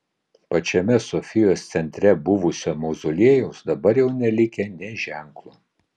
pačiame sofijos centre buvusio mauzoliejaus dabar jau nelikę nė ženklo